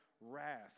wrath